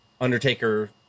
Undertaker